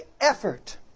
effort